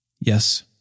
Yes